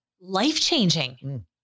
life-changing